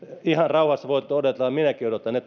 ihan rauhassa voitte odottaa minäkin odotan ne